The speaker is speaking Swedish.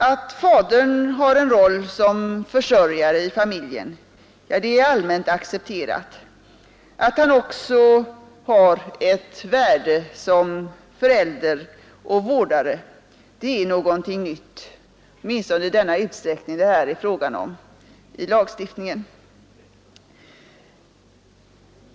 Att fadern har en roll som försörjare i familjen är allmänt accepterat; att han också har ett värde som förälder och vårdare är något nytt, åtminstone i den utsträckning som det här är fråga om i lagstiftningen.